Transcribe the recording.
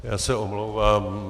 Já se omlouvám.